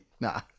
nah